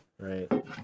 Right